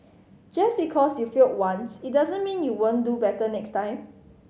just because you failed once it doesn't mean you won't do better next time